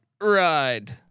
ride